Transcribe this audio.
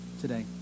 today